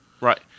Right